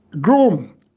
Groom